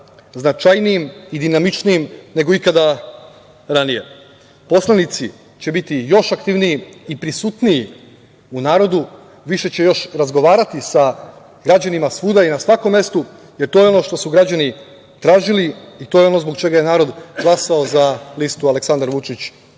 značajnijim i dinamičnijim nego ikada ranije. Poslanici će biti još aktivniji i prisutniji u narodu. Više će još razgovarati sa građanima svuda i na svakom mestu, jer to je ono što su građani tražili i to je ono zbog čega je narod glasao za listu Aleksandar Vučić